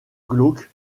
glauques